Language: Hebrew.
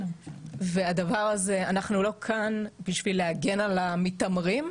אנחנו לא כאן כדי להגן על המתעמרים,